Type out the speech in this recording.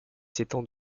s’étend